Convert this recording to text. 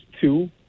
two